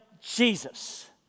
Jesus